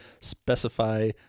specify